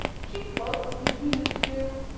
she floats between the two.